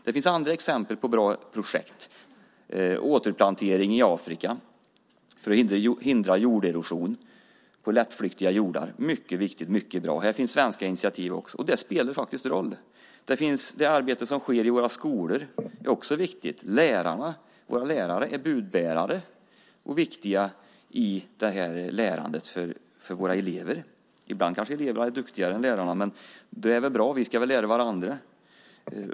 Det finns andra exempel på bra projekt. Återplantering i Afrika för att hindra jorderosion på lättflyktiga jordar är mycket viktigt och mycket bra. Här finns svenska initiativ också. Det spelar faktiskt roll. Det arbete som sker i våra skolor är också viktigt. Våra lärare är budbärare och viktiga i våra elevers lärande. Ibland kanske eleverna är duktigare än lärarna, men det är väl bra. Vi ska lära varandra.